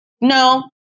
no